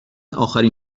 آخرین